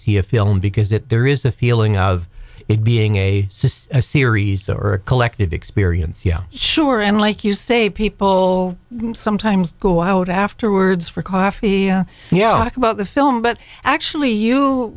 see a film because that there is a feeling of it being a series or a collective experience yeah sure and like you say people sometimes go out afterwards for coffee yeah about the film but actually you